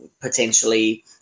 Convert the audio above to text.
potentially